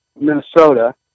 Minnesota